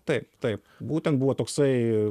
taip taip būtent buvo toksai